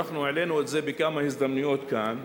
שאנחנו העלינו את זה בכמה הזדמנויות כאן.